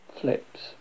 flips